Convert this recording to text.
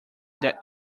that